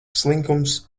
slinkums